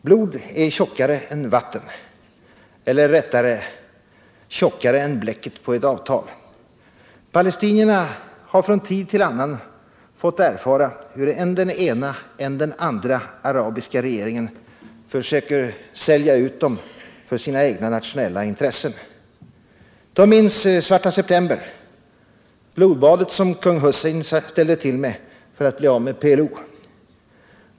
Blod är tjockare än vatten — eller rättare: tjockare än bläcket på ett avtal. Palestinierna har från tid till annan fått erfara hur än den ena än den andra arabiska regeringen försöker sälja ut dem för sina egna nationella intressen. De minns Svarta september —blodbadet som kung Hussein ställde till med för att bli av med PLO.